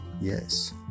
Yes